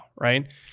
right